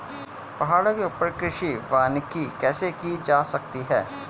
पहाड़ों के ऊपर कृषि वानिकी कैसे की जा सकती है